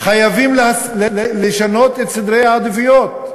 חייבים לשנות את סדרי העדיפויות,